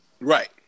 Right